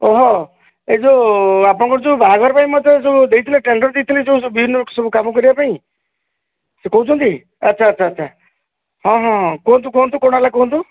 ଓହୋ ଏ ଯୋଉ ଆପଣଙ୍କର ଯୋଉ ବାହାଘର ପାଇଁ ମୋତେ ଯୋଉ ଦେଇଥିଲେ ଟେଣ୍ଡର ଦେଇଥିଲେ ବିଭିନ୍ନ ସବୁ କାମ କରିବା ପାଇଁ ସେ କହୁଛନ୍ତି ଆଛା ଆଛା ଆଛା ହଁ ହଁ କୁହନ୍ତୁ କୁହନ୍ତୁ କ'ଣ ହେଲା କୁହନ୍ତୁ